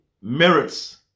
Merits